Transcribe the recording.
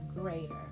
greater